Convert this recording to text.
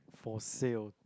for sale